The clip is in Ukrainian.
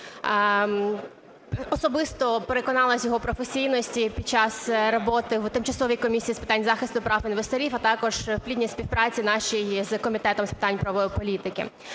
Особисто переконалася в його професійності під час роботи його в Тимчасовій комісії з питань захисту прав інвесторів, а також у плідній співпраці нашій з Комітетом з питань правової політики.